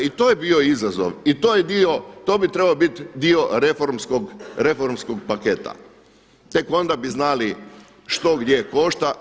I to je bio izazov, i to je dio, to bi trebao biti dio reformskog paketa, tek onda bi znali što gdje košta.